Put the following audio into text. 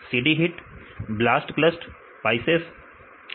CD HIT विद्यार्थी Blastclust Blastclust विद्यार्थी Pisces और Pisces